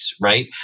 right